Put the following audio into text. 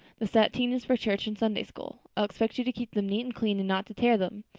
the sateen is for church and sunday school. i'll expect you to keep them neat and clean and not to tear them.